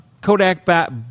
Kodak